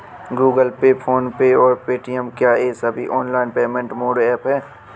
Google Pay PhonePe और Paytm क्या ये सभी ऑनलाइन पेमेंट मोड ऐप हैं?